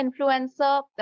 influencer